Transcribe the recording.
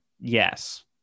yes